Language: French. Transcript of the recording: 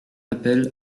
appel